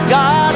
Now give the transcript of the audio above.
God